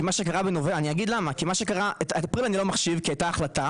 כי את אפריל אני לא מחשיב כי הייתה החלטה.